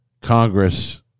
Congress